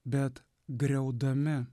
bet griaudami